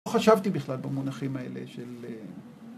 ‫לא חשבתי בכלל במונחים האלה של...